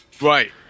Right